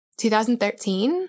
2013